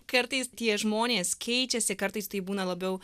kartais tie žmonės keičiasi kartais tai būna labiau